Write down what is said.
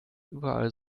überall